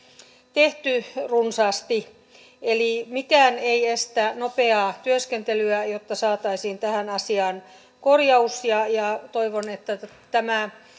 tehty runsaasti eli mikään ei estä nopeaa työskentelyä jotta saataisiin tähän asiaan korjaus ja ja toivon että tämä